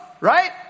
right